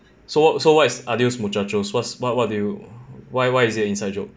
so so what's what is adios muchachos was what what do you why why is it an inside joke